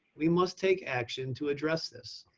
we must take action to address this.